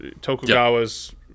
Tokugawa's